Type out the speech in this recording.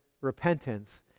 repentance